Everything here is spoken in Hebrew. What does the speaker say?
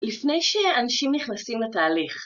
לפני שאנשים נכנסים לתהליך.